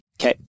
Okay